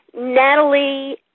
Natalie